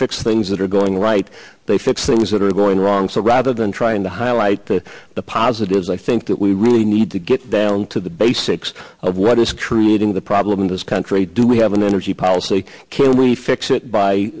fix things that are going right they fix those that are going wrong so rather than trying to highlight the positives i think that we really need to get down to the basics of what is creating the problem in this country do we have an energy policy can really fix it by